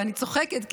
ואני צוחקת,